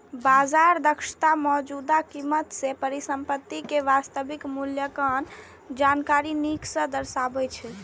बाजार दक्षता मौजूदा कीमत मे परिसंपत्ति के वास्तविक मूल्यक जानकारी नीक सं दर्शाबै छै